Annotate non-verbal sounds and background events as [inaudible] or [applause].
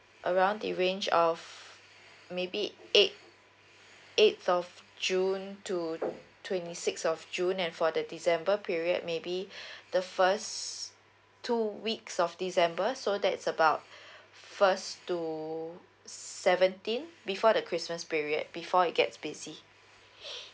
around the range of maybe eight eighth of june to twenty six of june and for the december period maybe [breath] the first two weeks of december so that's about [breath] first to seventeen before the christmas period before it gets busy